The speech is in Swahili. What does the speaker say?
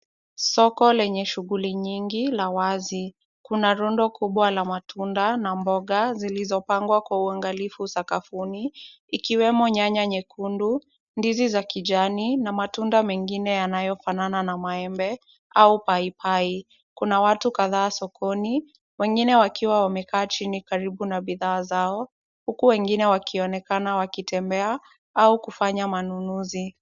Soko lenye shughuli nyingi la wazi. Kuna rundo kubwa la matunda na mboga zilizopangwa kwa uangalifu sakafuni ikiwemo nyanya nyekundu, ndizi za kijani na matunda mengine yanayofanana na maembe au paipai. Kuna watu kadhaa sokoni, wengine wakiwa wamekaa chini karibu na bidhaa zao huku wengine wakionekana wakitembea au kufanya manunuzi.